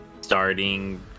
starting